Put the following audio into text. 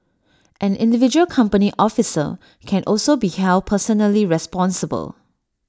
an individual company officer can also be held personally responsible